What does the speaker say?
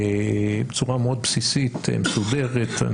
בצורה מאוד בסיסית, מסודרת,